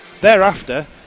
Thereafter